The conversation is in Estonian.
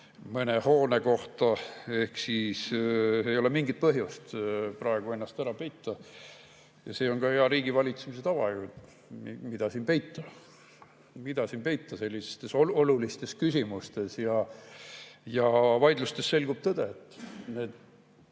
mõne hoone kohta. Ei ole mingit põhjust praegu ennast ära peita. Ja see on ka hea riigivalitsemise tava. Mida siin peita? Mida peita sellistes olulistes küsimustes? Ja vaidlustes selgub tõde. Need